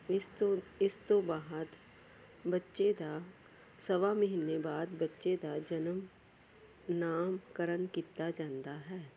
ਇਸ ਤੋਂ ਇਸ ਤੋਂ ਬਾਅਦ ਬੱਚੇ ਦਾ ਸਵਾ ਮਹੀਨੇ ਬਾਅਦ ਬੱਚੇ ਦਾ ਜਨਮ ਨਾਮਕਰਨ ਕੀਤਾ ਜਾਂਦਾ ਹੈ